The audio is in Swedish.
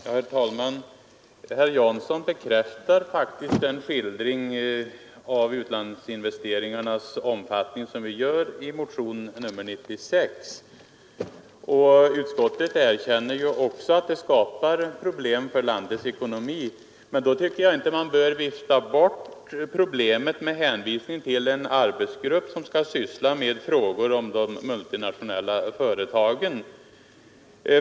Herr talman! Herr Jansson bekräftar faktiskt den skildring av utlandsinvesteringarnas omfattning som vi ger i motionen 96, och utskottet erkänner också att dessa investeringar skapar problem för landets ekonomi. Då tycker jag inte att man bör vifta bort problemet med hänvisning till en arbetsgrupp som skall syssla med frågor som rör de multinationella företagen.